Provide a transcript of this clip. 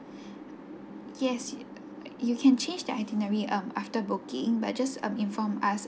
yes you can change the itinerary um after booking but just um inform us